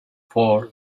for